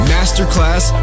Masterclass